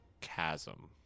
chasm